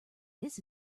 this